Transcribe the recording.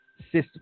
system